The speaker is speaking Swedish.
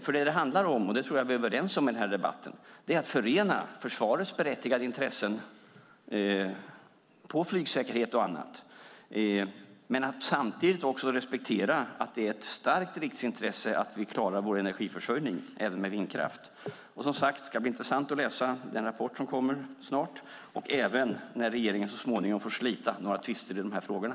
För det handlar om - och det tror jag att vi är överens om i den här debatten - att förena försvarets berättigade intresse av flygsäkerhet och annat med respekten för att det är ett starkt riksintresse att vi klarar vår energiförsörjning även med vindkraft. Det ska, som sagt, bli intressant att läsa den rapport som kommer snart. Det ska även bli intressant när regeringen så småningom får slita några tvister i de här frågorna.